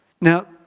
now